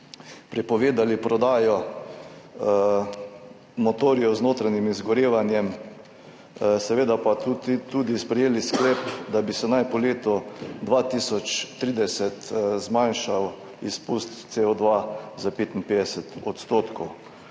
prepovedali prodajo motorjev z notranjim izgorevanjem, seveda pa tudi sprejeli sklep, da bi se naj po letu 2030 zmanjšal izpust CO2 za 55 %.